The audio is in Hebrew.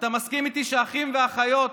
אתה מסכים איתי שאחים ואחיות,